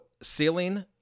ceiling